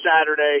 Saturday